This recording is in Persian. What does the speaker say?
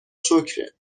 شکرت